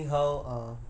really